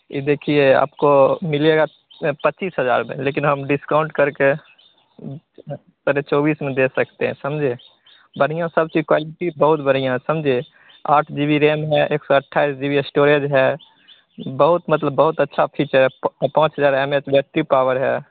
यह देखिए आपको मिलेगा पच्चीस हज़ार का लेकिन हम डिस्काउंट करके साढ़े चौबीस मैं दे सकते हैं समझे बढ़िया सब चीज़ क्वायलिटी बहुत बढ़िया समझे आठ जी बी रैम है एक सौ अट्ठाईस जी बी एस्टोरेज है बहुत मतलब बहुत अच्छे फीचर्स हैं प पाँच हज़ार एम एच बैटरी पावर है